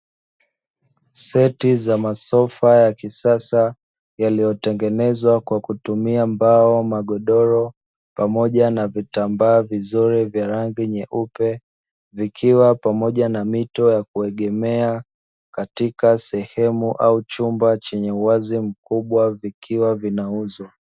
Seti za masofa ya kisasa yaliyotengenezwa kwa kutumia mbao, magodoro pamoja na vitambaa vizuri vya rangi nyeupe vikiwa pamoja na mito ya kuegemea katika sehemu au chumba chenye uwazi mkubwa vikiwa vinauzwa.